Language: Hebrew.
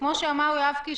כמו שאמר יואב קיש,